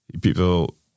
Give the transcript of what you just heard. people